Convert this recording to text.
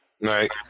Right